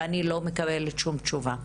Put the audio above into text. ואני לא מקבלת שום תשובה.